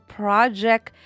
project